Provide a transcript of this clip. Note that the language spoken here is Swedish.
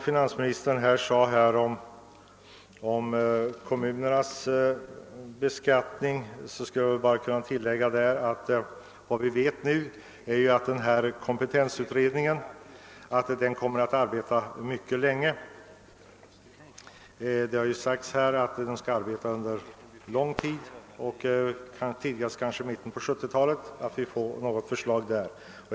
Finansministern nämnde här kommunernas beskattning. Vad vi nu vet är att kompetensutredningen kommer att arbeta mycket länge. Det har sagts att vi får ett förslag tidigast i mitten på 1970-talet.